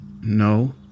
No